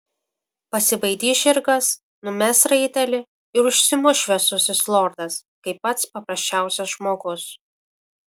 pasibaidys žirgas numes raitelį ir užsimuš šviesusis lordas kaip pats paprasčiausias žmogus